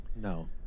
No